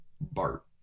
Bart